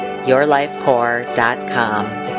YourLifeCore.com